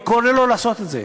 ואני קורא לו לעשות את זה,